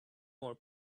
more